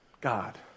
God